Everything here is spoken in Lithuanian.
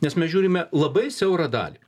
nes mes žiūrime labai siaurą dalį